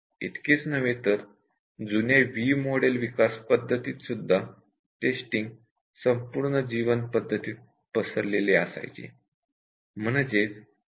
इतकेच नव्हे तर जुन्या व्ही मॉडेल या सॉफ्टवेअर डेव्हलपमेंट पध्दतीत सुद्धा टेस्टिंग संपूर्ण लाइफ सायकल मध्ये केले जायचे